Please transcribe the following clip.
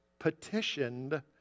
petitioned